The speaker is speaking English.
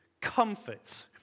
Comfort